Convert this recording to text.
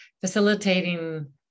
facilitating